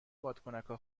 بادکنکا